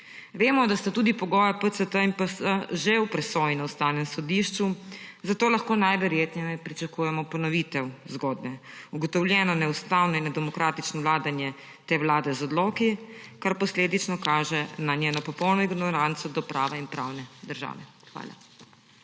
Vemo, da sta tudi pogoja PCT in PC že v presoji na Ustavnem sodišču, zato lahko najverjetneje pričakujemo ponovitev zgodbe – ugotovljeno neustavno in nedemokratično vladanje te vlade z odloki, kar posledično kaže na njeno popolno ignoranco do prava in pravne države. Hvala.